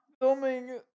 filming